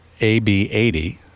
AB80